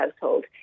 household